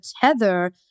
tether